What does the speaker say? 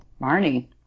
Marnie